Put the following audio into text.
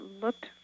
looked